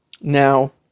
Now